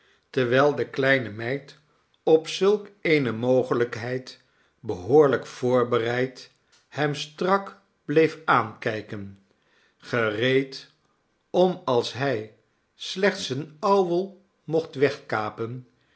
terwijl de kleine meid op zulk eene mogelijkheid behoorlijk voorbereid hem strak bleef aankijken gereed om als hij slechts een ouwel mocht